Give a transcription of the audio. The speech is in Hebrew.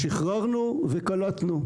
שחררנו וקלטנו.